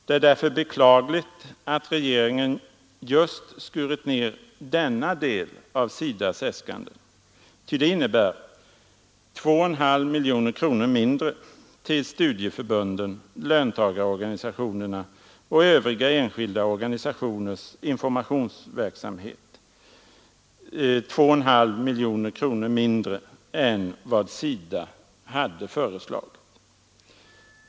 Det är därför beklagligt att regeringen just skurit ner denna del av SIDA :s äskanden, ty det innebär 2,5 miljoner kronor mindre till studieförbundens, löntagarorganisationernas och övriga enskilda organisationers informationsverksamhet än vad SIDA hade föreslagit.